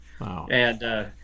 Wow